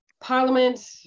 Parliament